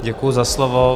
Děkuji za slovo.